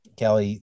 Kelly